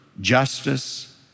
justice